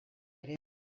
ere